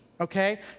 Okay